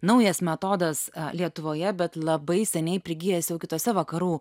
naujas metodas lietuvoje bet labai seniai prigijęs jau kitose vakarų